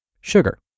sugar